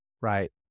right